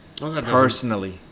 personally